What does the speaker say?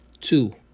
two